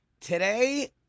Today